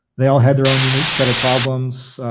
they all had their own unique set of problems,